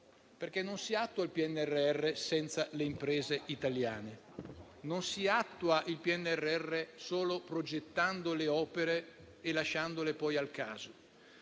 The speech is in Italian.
perché non si attua il PNRR senza le imprese italiane. Non si attua il PNRR solo progettando le opere e poi lasciandole al caso.